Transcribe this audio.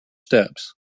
steps